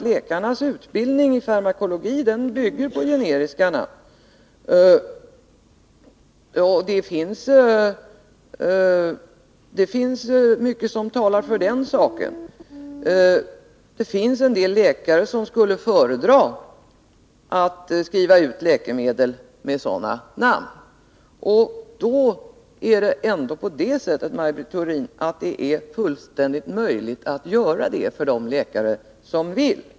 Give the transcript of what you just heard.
Läkarnas utbildning i farmakologi bygger på generiska namn, och det finns mycket som talar för den metoden. En del läkare skulle föredra att skriva ut läkemedel med sådana namn och då är det, Maj Britt Theorin, fullt möjligt för dem att göra det.